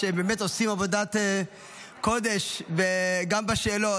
שבאמת עושים עבודת קודש גם בשאלות,